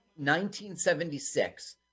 1976